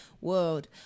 world